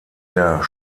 der